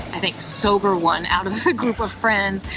i think sober one out of the group of friends.